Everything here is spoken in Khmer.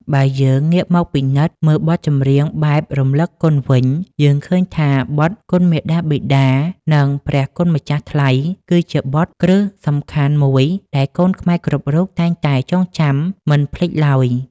បើយើងងាកមកពិនិត្យមើលបទចម្រៀងបែបរំលឹកគុណវិញ យើងឃើញថាបទ គុណមាតាបិតា និង ព្រះគុណម្ចាស់ថ្លៃ គឺជាបទ គ្រឹះសំខាន់មួយដែលកូនខ្មែរគ្រប់រូបតែងតែចងចាំមិនភ្លេចឡើយ។